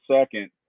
second